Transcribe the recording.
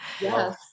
Yes